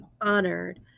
honored